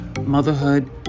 motherhood